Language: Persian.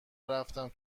رفتم